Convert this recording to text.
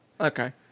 Okay